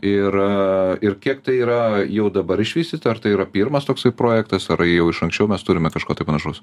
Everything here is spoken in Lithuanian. ir ir kiek tai yra jau dabar išvystyta ar tai yra pirmas toksai projektas ar jau iš anksčiau mes turime kažko tai panašus